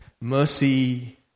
mercy